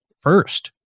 first